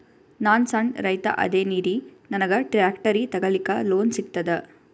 ನಾನ್ ಸಣ್ ರೈತ ಅದೇನೀರಿ ನನಗ ಟ್ಟ್ರ್ಯಾಕ್ಟರಿ ತಗಲಿಕ ಲೋನ್ ಸಿಗತದ?